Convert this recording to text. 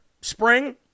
Spring